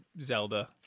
Zelda